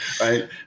right